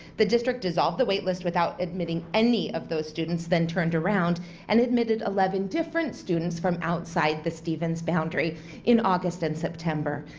the district dissolved the waitlist without admitting any of those students, then turned around and admitted eleven different students from outside the stevens boundary in august and september.